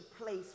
place